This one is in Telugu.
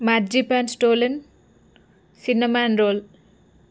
marzipan stollen cinnamon role